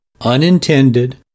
unintended